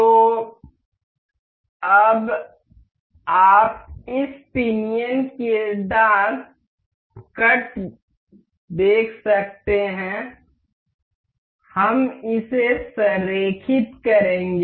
तो अब आप इस पिनियन के दांत कट देख सकते हैं हम इसे संरेखित करेंगे